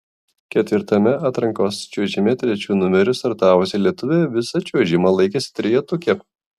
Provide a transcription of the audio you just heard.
ketvirtame atrankos čiuožime trečiu numeriu startavusi lietuvė visą čiuožimą laikėsi trejetuke